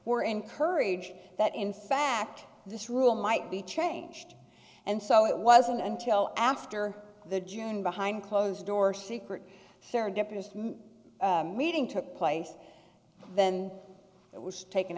were encouraged that in fact this rule might be changed and so it wasn't until after the june behind closed door secret serendipitous meeting took place then it was taken